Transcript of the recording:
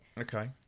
Okay